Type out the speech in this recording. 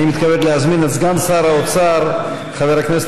אני מתכבד להזמין את סגן שר האוצר חבר הכנסת